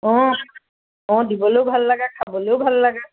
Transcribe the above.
অ অ দিবলৈও ভাল লাগে খাবলৈও ভাল লাগে